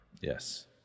Yes